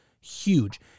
huge